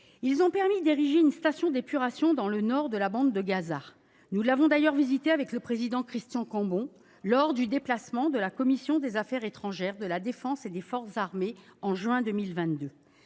aussi permis d’ériger une station d’épuration dans le nord de la bande de Gaza. Nous avons d’ailleurs visité cette dernière installation avec Christian Cambon lors du déplacement de la commission des affaires étrangères, de la défense et des forces armées en juin 2022.